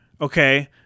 Okay